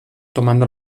tomando